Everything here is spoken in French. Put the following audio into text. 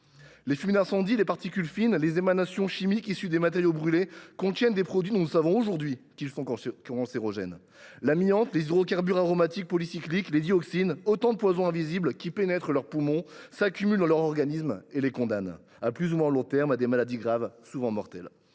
Les fumées d’incendie, les particules fines, les émanations chimiques issues des matériaux brûlés contiennent des produits dont nous savons aujourd’hui qu’ils sont cancérogènes. L’amiante, les hydrocarbures aromatiques polycycliques ou les dioxines sont autant de poisons invisibles qui pénètrent les poumons des pompiers, s’accumulent dans leur organisme et les condamnent, à plus ou moins long terme, à des maladies graves, souvent mortelles.